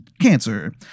cancer